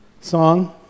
song